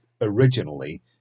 originally